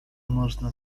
można